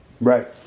Right